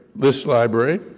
this library